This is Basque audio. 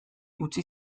utzi